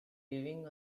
living